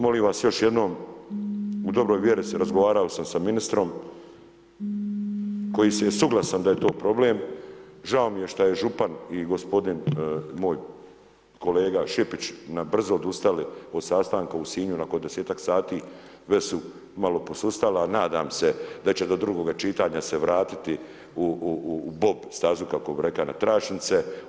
Molim vas još jednim, u dobroj vjeri, razgovarao sam sa ministrom, koji je suglasan da je to problem, žao mi je što je župan i gospodin moj kolega Šipić, brzo odustali od sastanka u Sinju nakon 10-tak sati, već su malo posustali, ali nadam se da će do drugoga čitanja će vratiti u bob stazu kako bi rekao na tračnice.